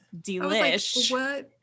Delish